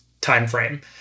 timeframe